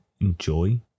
enjoy